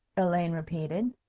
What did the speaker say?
elaine repeated.